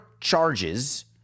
charges